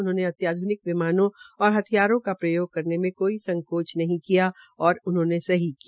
उन्होंने अत्याध्यनिक विमानों और हथियारों का प्रयोग करने में संकोच नहीं किया और उन्होंने सही किया